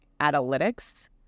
analytics